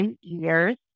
years